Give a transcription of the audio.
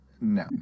No